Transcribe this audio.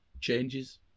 changes